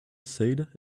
said